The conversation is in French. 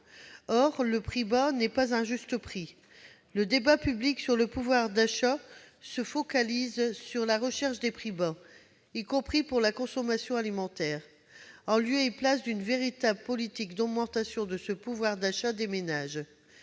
Or le prix bas n'est pas un juste prix. Le débat public sur le pouvoir d'achat des ménages se focalise sur la recherche des prix bas, y compris pour la consommation alimentaire, en lieu et place d'une véritable politique d'augmentation du pouvoir d'achat. Cela se